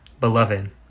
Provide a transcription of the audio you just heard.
beloved